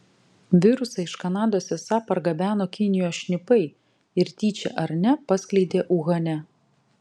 virusą iš kanados esą pargabeno kinijos šnipai ir tyčia ar ne paskleidė uhane